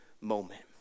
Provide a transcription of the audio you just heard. moment